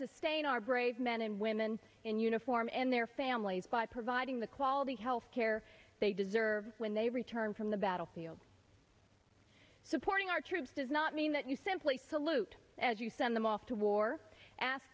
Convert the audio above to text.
sustain our brave men and women in uniform and their families by providing the quality health care they deserve when they return from the battlefield supporting our troops does not mean that you simply salute as you send them off to war ask